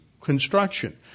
construction